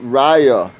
raya